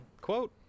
quote